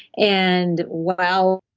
and wow,